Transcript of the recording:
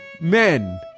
men